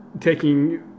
taking